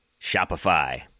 Shopify